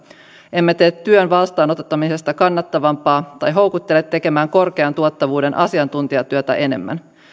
emme tee työn vastaanottamisesta kannattavampaa tai houkuttele tekemään korkean tuottavuuden asiantuntijatyötä enemmän